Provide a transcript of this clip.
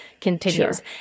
continues